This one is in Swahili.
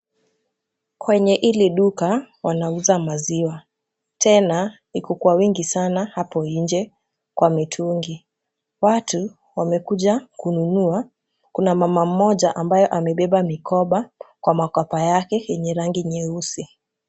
Kwenye hili duka wanauza maziwa, tena iko kwa wingi sana hapo nje kwa mitungi. Watu wamekuja kununua. Kuna mama mmoja ambayo amebeba mikoba kwa makwapa yake yenye rangi nyeusi.